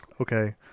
Okay